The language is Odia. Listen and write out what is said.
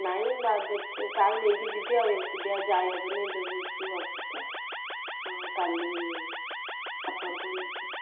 ନାହିଁ କାହାକୁ ନେଇକି ଯିବି ଆଉ ଏକୁଟିଆ ଯାଇ ହେବନି ଅସୁସ୍ଥ କାଲି ଆପଣଙ୍କୁ